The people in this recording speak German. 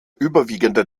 überwiegende